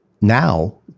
now